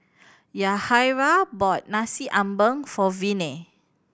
Yahaira bought Nasi Ambeng for Viney